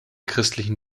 christlichen